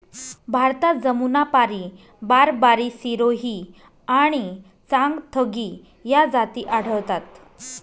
भारतात जमुनापारी, बारबारी, सिरोही आणि चांगथगी या जाती आढळतात